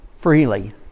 freely